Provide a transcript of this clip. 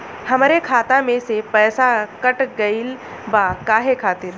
हमरे खाता में से पैसाकट गइल बा काहे खातिर?